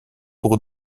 pour